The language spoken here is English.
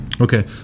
Okay